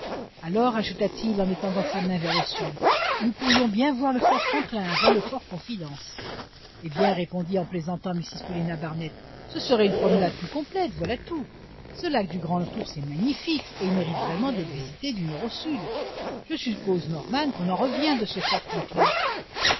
alors ajouta-t-il en étendant sa main vers le sud nous pourrions bien voir le fortfranklin avant le fort confidence eh bien répondit en plaisantant mrs paulina barnett ce serait une promenade plus complète voilà tout ce lac du grandours est magnifique et il mérite vraiment d'être visité du nord au sud je suppose norman qu'on en revient de ce